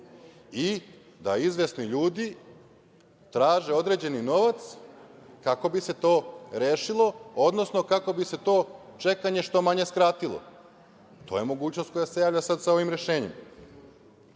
i da izvesni ljudi traže određeni novac kako bi se to rešilo, odnosno kako bi se to čekanje što manje skratilo, to je mogućnost koja se javlja sad sa ovim rešenjem. Takođe,